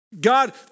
God